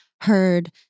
heard